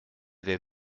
der